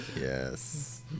yes